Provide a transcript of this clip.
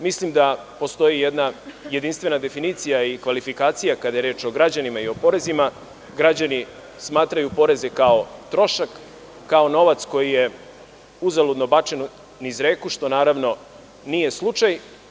Mislim da postoji jedna jedinstvena definicija i kvalifikacija, kada je reč o građanima i porezima, građani smatraju poreze kao trošak, kao novac koji je uzaludno bačen niz reku, što naravno nije slučaj.